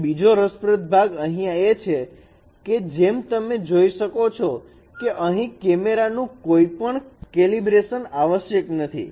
અને બીજો રસપ્રદ ભાગ અહીંયા એ છે કે જેમ તમે જોઈ શકો છો કે અહીં કેમેરાનું કોઈપણ કેલિબ્રેશન આવશ્યક નથી